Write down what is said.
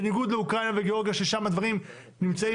בניגוד לאוקראינה וגיאורגיה ששם הדברים נמצאים